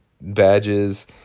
badges